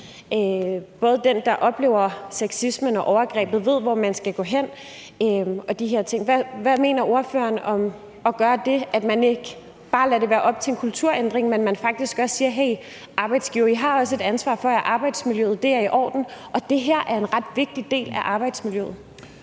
at den, der har oplevet sexisme og overgreb, ved, hvor vedkommende skal gå hen, og den slags ting. Hvad mener ordføreren om at gøre det, altså at man ikke bare lader det være op til en kulturændring, men faktisk også siger: Hey, arbejdsgivere, I har også et ansvar for, at arbejdsmiljøet er i orden, og det her er en ret vigtig del af arbejdsmiljøet?